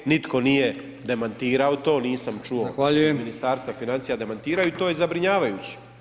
Nitko nije demantirao to, nisam čuo iz Ministarstva financija demantiraju i to je zabrinjavajuće.